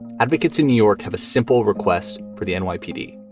advocates in new york have a simple request for the nypd.